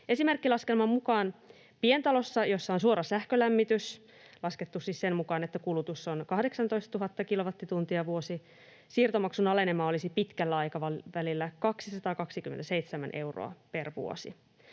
Esimerkkilaskelman mukaan pientalossa, jossa on suora sähkölämmitys — laskettu siis sen mukaan, että kulutus on 18 000 kilowattituntia per vuosi — siirtomaksun alenema olisi pitkällä aikavälillä 227 euroa per vuosi.